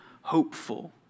hopeful